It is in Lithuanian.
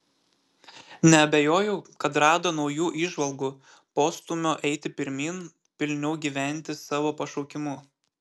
neabejoju kad rado naujų įžvalgų postūmio eiti pirmyn pilniau gyventi savo pašaukimu